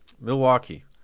Milwaukee